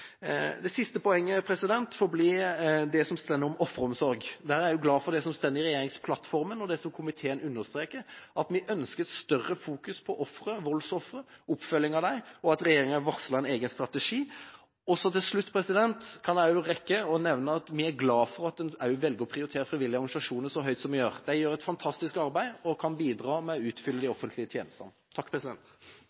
Det siste poenget får bli det som gjelder offeromsorg. Jeg er glad for det som står i regjeringsplattformen, og det som komiteen understreker: at vi ønsker en større fokusering på voldsofre og på oppfølginga av dem, og at regjeringa varsler en egen strategi. Til slutt rekker jeg å nevne at vi er glad for at en også velger å prioritere frivillige organisasjoner så høyt som en gjør. De gjør et fantastisk arbeid og kan bidra med å utfylle de